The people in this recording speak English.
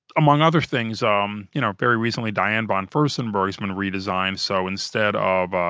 among other things, um you know very recently diane von furstenberg has been redesigned. so, instead of